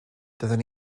doeddwn